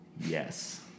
Yes